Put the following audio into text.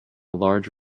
large